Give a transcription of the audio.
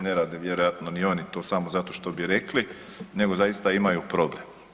Ne rade vjerojatno ni oni to samo zato što bi rekli, nego zaista imaju problem.